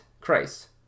Christ